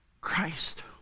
Christ